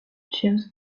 james